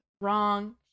wrong